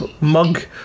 Mug